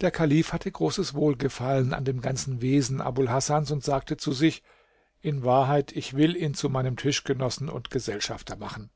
der kalif hatte großes wohlgefallen an dem ganzen wesen abul hasans und sagte zu sich in wahrheit ich will ihn zu meinem tischgenossen und gesellschafter machen